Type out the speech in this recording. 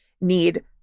need